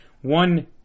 one